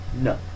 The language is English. no